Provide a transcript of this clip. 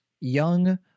young